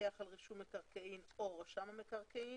המפקח על רישום מקרקעין או רשם המקרקעין.